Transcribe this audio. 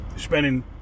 spending